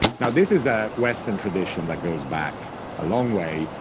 now, this is a western tradition that goes back a long way,